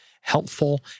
helpful